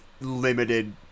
limited